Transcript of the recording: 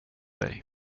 dig